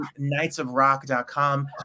knightsofrock.com